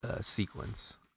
sequence